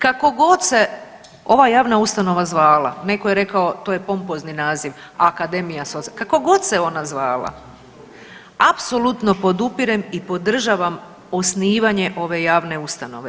Kako god se ova javna ustanova zvala, netko je rekao to je pompozni naziv, akademija, kako god se ona zvala, apsolutno podupirem i podržavam osnivanje ove javne ustanove.